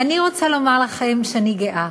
אני רוצה לומר לכם שאני גאה.